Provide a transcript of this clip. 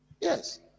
Yes